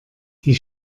die